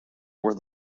were